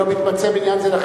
אני לא מתמצא בעניין זה,